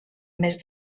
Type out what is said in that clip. més